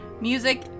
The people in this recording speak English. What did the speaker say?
Music